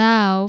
Now